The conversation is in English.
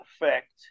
effect